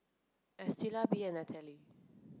Estela Bee and Natalie